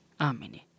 Amen